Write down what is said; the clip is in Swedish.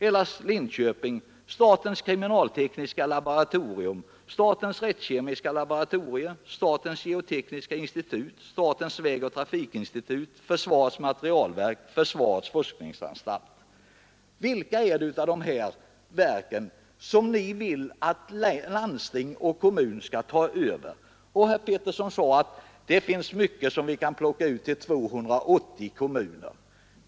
Eller till Linköping — statens kriminaltekniska laboratorium, statens rättskemiska laboratorium, statens geotekniska institut, statens vägoch trafikinstitut, del av försvarets materielverk, del av försvarets forskningsanstalt? Vilka av de här verken är det som ni vill att landsting och kommun skall ta över? Herr Peterson i Linköping sade att det finns mycket som vi kan plocka ut till 280 kommuner.